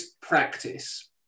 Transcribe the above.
practice